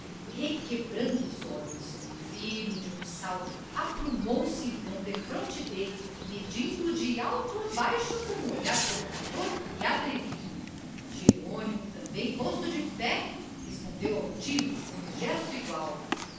requebrando os olhos firmo de um salto aprumou se então defronte dele medindo o de alto a baixo com um olhar provocador e atrevido jerônimo também posto de pé respondeu altivo com um gesto igual